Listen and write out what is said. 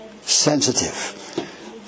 sensitive